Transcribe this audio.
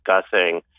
discussing